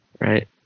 Right